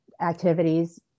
activities